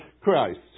Christ